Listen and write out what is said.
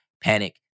panic